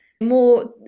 more